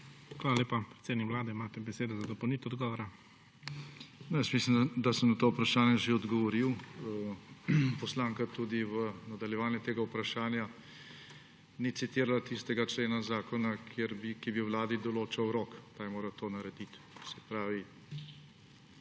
Hvala lepa. Predsednik Vlade, imate besedo za dopolnitev odgovora. JANEZ (IVAN) JANŠA: Jaz mislim, da sem na to vprašanje že odgovoril. Poslanka tudi v nadaljevanju tega vprašanja ni citirala tistega člena zakona, ki bi vladi določal rok, kdaj mora to narediti.